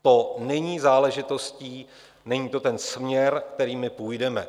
To není záležitostí, není to ten směr, kterým my půjdeme.